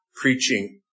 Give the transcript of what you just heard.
preaching